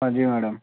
हाँ जी मैडम